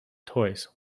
toys